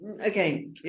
Okay